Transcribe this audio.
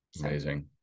amazing